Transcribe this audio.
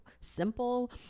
simple